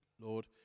Lord